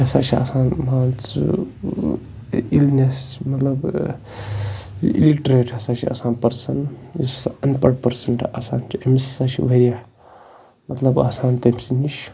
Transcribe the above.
یہِ ہَسا چھِ آسان مان ژٕ اِلنٮ۪س مطلب اِلِٹرٛیٹ ہَسا چھِ آسان پٔرسَن یُس ہَسا اَن پَڑھ پٔرسَنٛٹ آسان چھُ أمِس ہَسا چھِ واریاہ مطلب آسان تٔمۍ سٕنٛدۍ نِش